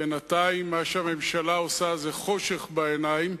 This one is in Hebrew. בינתיים מה שהממשלה עושה זה חושך בעיניים.